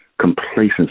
complacency